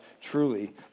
truly